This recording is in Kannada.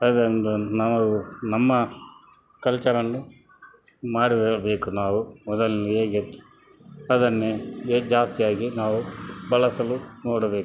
ಅದರಿಂದ ನಾವು ನಮ್ಮ ಕಲ್ಚರನ್ನು ಮಾಡಲೇ ಬೇಕು ನಾವು ಮೊದಲು ಹೇಗಿತ್ತು ಅದನ್ನೇ ಜಾಸ್ತಿಯಾಗಿ ನಾವು ಬಳಸಲು ನೋಡಬೇಕು